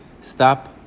stop